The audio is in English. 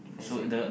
I see